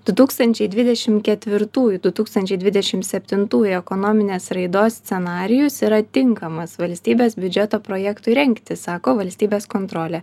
du tūkstančiai dvidešim ketvirtųjų du tūkstančiai dvidešim septintųjų ekonominės raidos scenarijus yra tinkamas valstybės biudžeto projektui rengti sako valstybės kontrolė